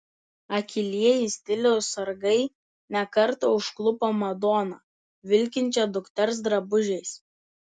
akylieji stiliaus sargai ne kartą užklupo madoną vilkinčią dukters drabužiais